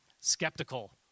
skeptical